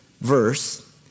verse